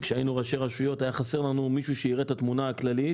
כשהיינו ראשי רשויות היה חסר לנו מישהו שיראה את התמונה הכללית